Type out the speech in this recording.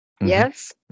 Yes